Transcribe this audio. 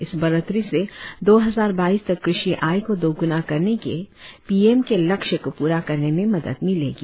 इस बढ़ोत्तरी से दो हजार बाईस तक कृषि आय को दोगुना करने के पीएम के लक्ष्य को पूरा करने में मदद मिलेगी